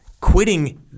Quitting